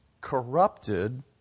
corrupted